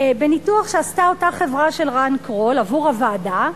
בניתוח שעשתה אותה חברה של רן קרול עבור הוועדה,